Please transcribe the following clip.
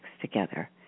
together